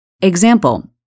Example